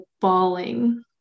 bawling